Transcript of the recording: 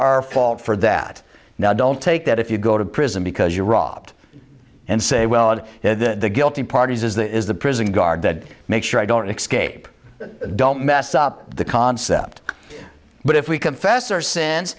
our fault for that now don't take that if you go to prison because you robbed and say well the guilty parties is the is the prison guard that make sure i don't mix kape don't mess up the concept but if we confess our sin